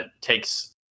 takes